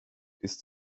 ist